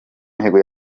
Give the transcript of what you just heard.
mihigo